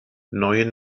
neuen